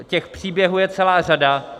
Těch příběhů je celá řada.